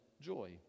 joy